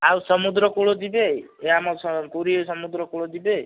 ଆଉ ସମୁଦ୍ର କୂଳ ଯିବେ ଏ ଆମ ପୁରୀ ସମୁଦ୍ର କୂଳ ଯିବେ